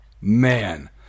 Man